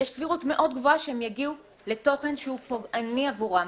יש סבירות מאוד גבוהה שהם יגיעו לתוכן שהוא פוגעני עבורם.